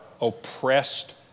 oppressed